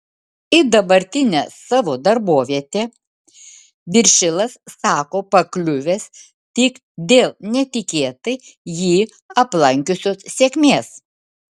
į dabartinę savo darbovietę viršilas sako pakliuvęs tik dėl netikėtai jį aplankiusios sėkmės